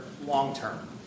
long-term